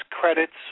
credits